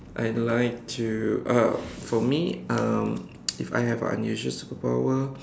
I like to uh for me um if I have unusual superpower